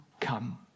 come